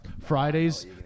Fridays